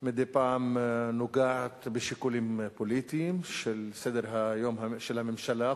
מדי פעם נוגעת בשיקולים פוליטיים של סדר-היום של הממשלה,